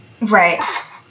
Right